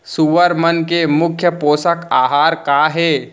सुअर मन के मुख्य पोसक आहार का हे?